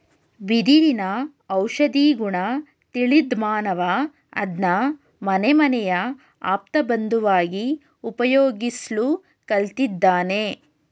ಬಿದಿರಿನ ಔಷಧೀಗುಣ ತಿಳಿದ್ಮಾನವ ಅದ್ನ ಮನೆಮನೆಯ ಆಪ್ತಬಂಧುವಾಗಿ ಉಪಯೋಗಿಸ್ಲು ಕಲ್ತಿದ್ದಾನೆ